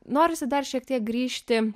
norisi dar šiek tiek grįžti